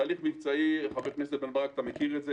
תהליך מבצעי זה פרוצדורה,